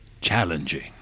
challenging